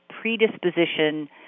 predisposition